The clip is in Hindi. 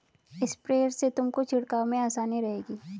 स्प्रेयर से तुमको छिड़काव में आसानी रहेगी